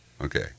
Okay